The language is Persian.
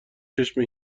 چشم